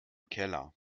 keller